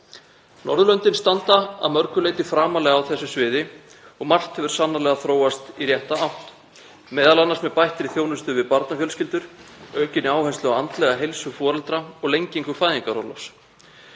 Norðurlöndin standa að mörgu leyti framarlega á þessu sviði og margt hefur sannarlega þróast í rétta átt, m.a. með bættri þjónustu við barnafjölskyldur, aukinni áherslu á andlega heilsu foreldra og lengingu fæðingarorlofs.